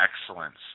excellence